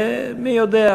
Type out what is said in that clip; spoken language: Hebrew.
ומי יודע,